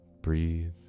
breathe